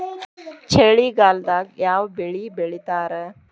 ಚಳಿಗಾಲದಾಗ್ ಯಾವ್ ಬೆಳಿ ಬೆಳಿತಾರ?